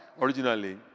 originally